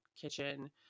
kitchen